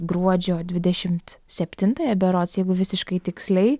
gruodžio dvidešimt septintąją berods jeigu visiškai tiksliai